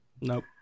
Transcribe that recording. Nope